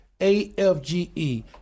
AFGE